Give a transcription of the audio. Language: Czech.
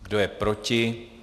Kdo je proti?